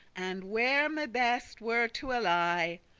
and where me best were to ally.